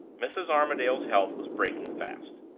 mrs. armadale's health was breaking fast.